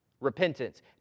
Repentance